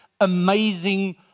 amazing